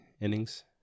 innings